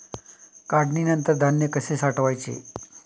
काढणीनंतर धान्य कसे साठवायचे?